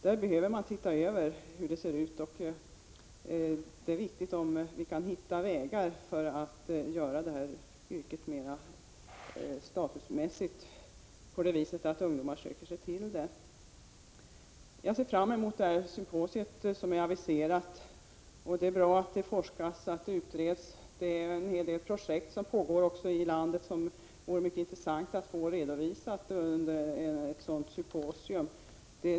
Det är nödvändigt att se över förhållandena i detta sammanhang, och det är också viktigt att finna vägar som leder till att detta yrke får en bättre status, så att ungdomar söker sig till yrket. Jag ser fram emot det aviserade symposiet. Vidare tycker jag att det är bra att man forskar och utreder. Dessutom vet jag att det pågår en hel del projekt ute i landet. Det vore mycket intressant att få en redovisning därav vid nämnda symposium.